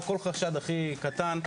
או כל חשד הכי קטן.